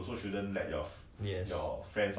ya true